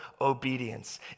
obedience